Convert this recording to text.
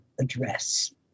address